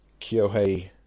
Kyohei